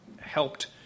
helped